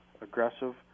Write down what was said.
aggressive